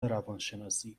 روانشناسی